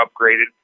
upgraded